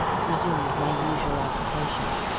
resumed my usual occupation.